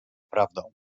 prawdą